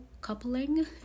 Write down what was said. coupling